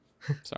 Sorry